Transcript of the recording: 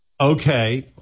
Okay